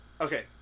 Okay